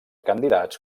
candidats